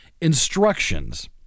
instructions